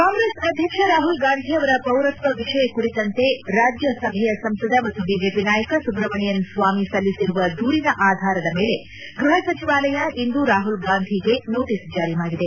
ಕಾಂಗ್ರೆಸ್ ಅಧ್ಯಕ್ಷ ರಾಹುಲ್ ಗಾಂಧಿ ಅವರ ಪೌರತ್ವ ವಿಷಯ ಕುರಿತಂತೆ ರಾಜ್ಯ ಸಭೆಯ ಸಂಸದ ಮತ್ತು ಬಿಜೆಪಿ ನಾಯಕ ಸುಬ್ರಮಣಿಯನ್ ಸ್ನಾಮಿ ಸಲ್ಲಿಸಿರುವ ದೂರಿನ ಆಧಾರದ ಮೇಲೆ ಗ್ವಹ ಸಚಿವಾಲಯ ಇಂದು ರಾಹುಲ್ ಗಾಂಧಿಗೆ ನೋಟಸ್ ಜಾರಿ ಮಾಡಿದೆ